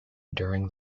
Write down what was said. during